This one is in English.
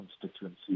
constituency